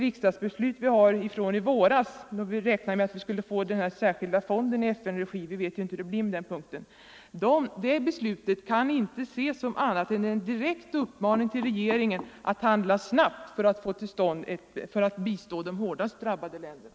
Riksdagsbeslutet från i våras, då vi räknade med att man snart skulle få till stånd den särskilda fonden i FN-regi — vi vet ju nu inte hur det blir på den punkten — kan inte ses som annat än en direkt uppmaning till regeringen att handla snabbt för att bistå de hårdast drabbade länderna.